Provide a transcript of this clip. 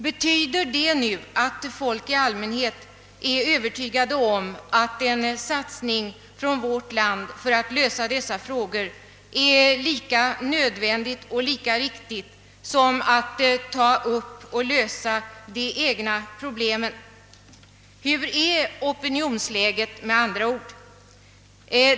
Betyder nu detta att människorna i allmänhet är övertygade om att en satsning från vårt land för att lösa dessa problem är lika nödvändig och lika viktig som åtgärder för att lösa de egna problemen? Hurdant är, med andra ord, opinionsläget?